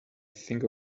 think